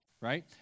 right